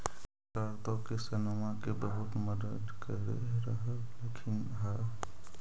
सरकार तो किसानमा के बहुते मदद कर रहल्खिन ह?